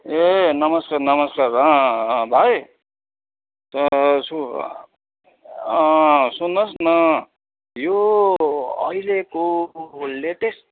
ए नमस्कार नमस्कार भाइ सुन्नुहोस् न यो अहिलेको लेटेस्ट